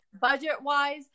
budget-wise